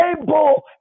able